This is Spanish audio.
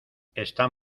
están